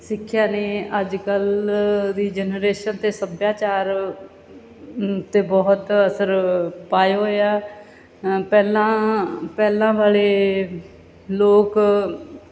ਸਿੱਖਿਆ ਨੇ ਅੱਜ ਕੱਲ੍ਹ ਦੀ ਜਨਰੇਸ਼ਨ ਅਤੇ ਸੱਭਿਆਚਾਰ ਉੱਤੇ ਬਹੁਤ ਅਸਰ ਪਾਏ ਹੋਏ ਆ ਅ ਪਹਿਲਾਂ ਪਹਿਲਾਂ ਵਾਲੇ ਲੋਕ